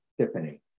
Tiffany